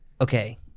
okay